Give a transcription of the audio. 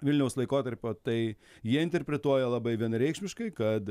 vilniaus laikotarpio tai jie interpretuoja labai vienareikšmiškai kad